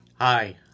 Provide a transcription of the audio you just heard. Hi